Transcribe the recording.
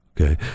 Okay